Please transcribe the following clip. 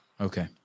Okay